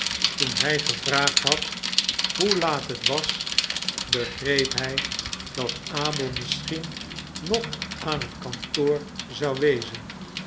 toen hij gevraagd had hoe laat het was begreep hij dat abel misschien nog aan het kantoor zou wezen